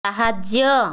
ସାହାଯ୍ୟ